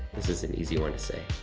this is an easy one to say.